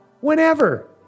whenever